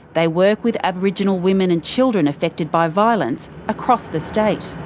they work with aboriginal women and children affected by violence across the state.